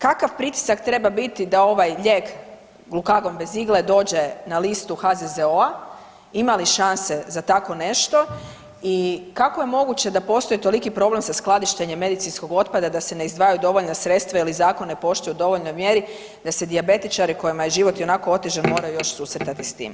Kakav pritisak treba biti da ovaj lijek Glukagon bez igle dođe na listu HZZO-a, ima li šanse za takvo nešto i kako je moguće da postoji toliki problem sa skladištenjem medicinskog otpada da se izdvajaju dovoljna sredstva ili zakon ne poštuje u dovoljnoj mjeri da se dijabetičari kojima je život ionako otežan moraju još susretati s time?